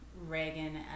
reagan